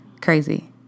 crazy